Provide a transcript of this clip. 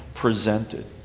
presented